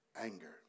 anger